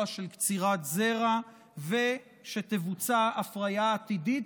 של קצירת זרע ושתבוצע הפרייה עתידית,